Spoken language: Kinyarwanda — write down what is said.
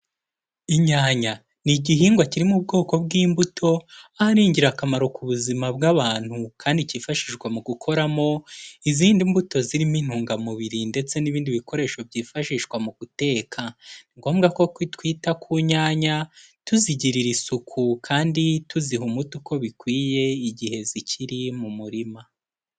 Inyanya ni igihingwa kiri mu ubwoko bw'imbuto, aho ari ingirakamaro ku buzima bw'abantu, kandi kifashishwa mu gukoramo izindi mbuto zirimo intungamubiri ndetse n'ibindi bikoresho byifashishwa mu guteka, ni ngombwa koko twita ku nyanya tuzigirira isuku kandi tuziha umuti uko bikwiye igihe zikiri mu murima.